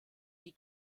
die